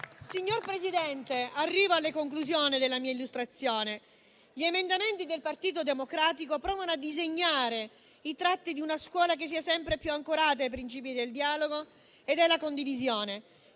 Signor Presidente, arrivo alle conclusioni della mia illustrazione. Gli emendamenti del Partito Democratico provano a disegnare i tratti di una scuola che sia sempre più ancorata ai principi del dialogo e della condivisione.